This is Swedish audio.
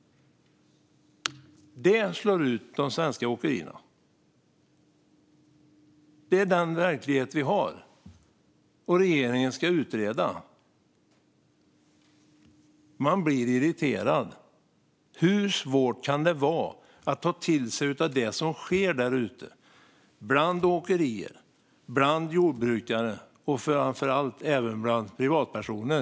Det slår ut de svenska åkerierna. Det är den verklighet vi har, och regeringen ska utreda. Man blir irriterad. Hur svårt kan det vara att ta till sig av det som sker där ute, bland åkerier, bland jordbrukare och, framför allt, även bland privatpersoner?